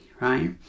right